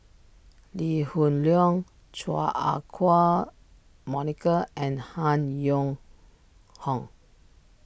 Lee Hoon Leong Chua Ah Huwa Monica and Han Yong Hong